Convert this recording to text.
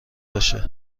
باشه